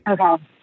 Okay